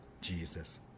Jesus